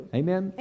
amen